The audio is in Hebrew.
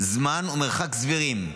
זמן ומרחק סבירים,